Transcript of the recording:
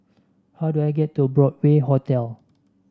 how do I get to Broadway Hotel